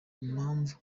impamvu